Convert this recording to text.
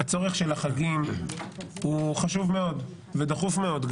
הצורך של החגים חשוב ודחוף מאוד,